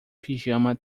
pijama